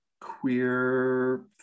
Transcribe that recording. queer